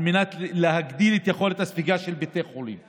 על מנת להגדיל את יכולת הספיגה של בתי החולים,